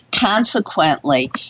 Consequently